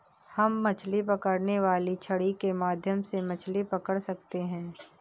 हम मछली पकड़ने वाली छड़ी के माध्यम से मछली पकड़ सकते हैं